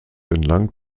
entlang